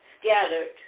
scattered